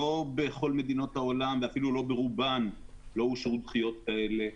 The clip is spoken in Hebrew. לא בכל מדינות העולם ואף לא ברובן לא אושרו דחיות כאלה.